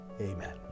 Amen